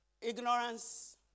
Ignorance